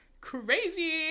Crazy